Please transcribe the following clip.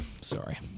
Sorry